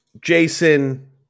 Jason